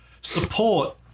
support